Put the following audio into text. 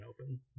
open